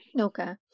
Okay